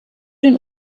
den